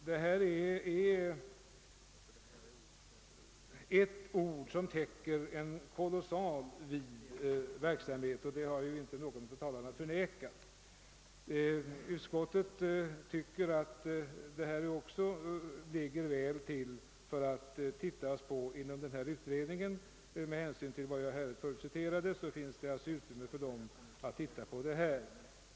Det gäller här ett oerhört omfattande område, vilket inte heller någon av talarna har förnekat, och utskottet tycker att frågan ligger väl till för att övervägas inom utredningen, Vad jag här förut citerade visar också att det finns tillfälle för utredningen att ta upp frågan.